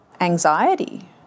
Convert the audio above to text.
anxiety